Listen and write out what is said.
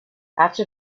after